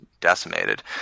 decimated